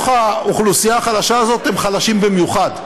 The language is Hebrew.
שבאוכלוסייה החלשה הזאת הם חלשים במיוחד.